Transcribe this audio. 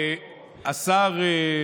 השר,